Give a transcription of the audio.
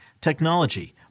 technology